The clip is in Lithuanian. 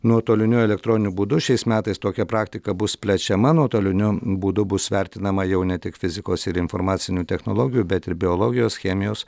nuotoliniu elektroniniu būdu šiais metais tokia praktika bus plečiama nuotoliniu būdu bus vertinama jau ne tik fizikos ir informacinių technologijų bet ir biologijos chemijos